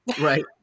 Right